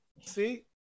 See